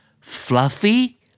fluffy